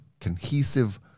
cohesive